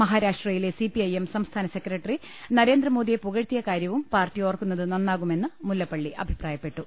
മഹാരാഷ്ട്രയിലെ സിപിഐഎം സംസ്ഥാന സെക്രട്ടറി നരേന്ദ്രമോദിയെ പുകഴ്ത്തിയ കാര്യവും പാർട്ടി ഓർക്കുന്നത് ന്നാകുമെന്ന് മുല്ലപ്പള്ളി അഭിപ്രായപ്പെട്ടു